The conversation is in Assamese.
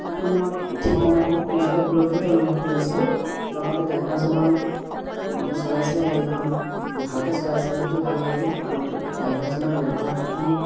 সেইখনত উঠি মই খুব নিজকে সুৰক্ষিত অনুভৱ কৰিছিলোঁ লগতে ড্ৰাইভাৰজনৰ যে চলাইছিলে গাড়ীখন ভালকৈ চলাইছিলে সেইটো ভাল লাগিল আৰু ড্ৰাইভাৰজনৰ ব্য়ৱহাৰ পাতি